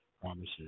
promises